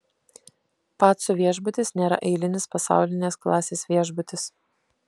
pacų viešbutis nėra eilinis pasaulinės klasės viešbutis